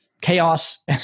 chaos